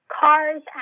cars